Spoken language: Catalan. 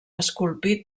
esculpit